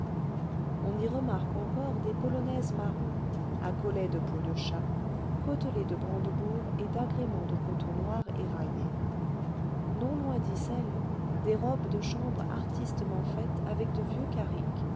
on y remarque encore des polonaises marron à collet de peau de chat côtelées de brandebourgs et d'agréments de coton noir éraillés non loin d'icelles des robes de chambre artistement faites avec de vieux